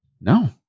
No